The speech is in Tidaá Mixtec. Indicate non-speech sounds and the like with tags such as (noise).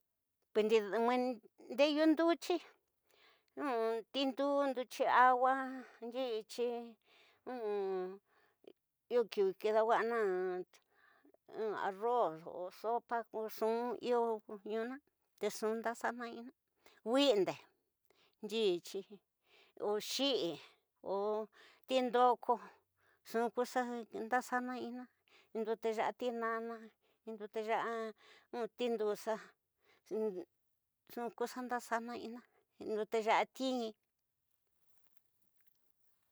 Ndeyu ndeliyi, in tindu, ndeliyi awa, inyliyi, in iyo kiwi. Kidawana- arroz o sopa ko iyo in n (hesitation) a tinuya nda xana in ing windexe, tiyiyi o xixi, tinu ko nxu ku xa ndaxana in ing ndeteya, tinana in ndeteya tinuxa nxu ku xa ndaxana inina, ndoteya kingui.